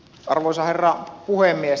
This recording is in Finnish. arvoisa herra puhemies